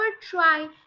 try